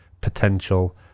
potential